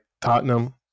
Tottenham